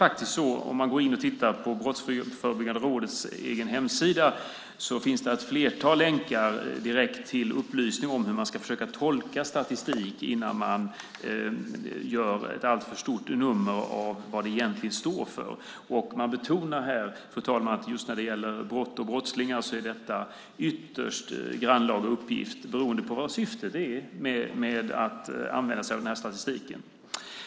På Brottsförebyggande rådets hemsida finns det ett flertal länkar direkt till upplysningar om hur man ska försöka tolka statistik innan man gör ett alltför stort nummer av vad den egentligen står för. Man betonar här, fru talman, just när det gäller brott och brottslingar, att detta är en ytterst grannlaga uppgift beroende på vad syftet är med att använda sig av den här statistiken.